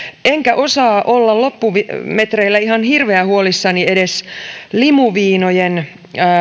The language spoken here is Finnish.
enkä osaa olla loppumetreillä ihan hirveän huolissani edes limuviinojen